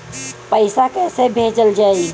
पैसा कैसे भेजल जाइ?